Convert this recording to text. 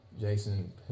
Jason